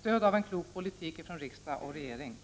stöd av en klok politik från riksdag och regering.